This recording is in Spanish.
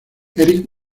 erik